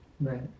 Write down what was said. Right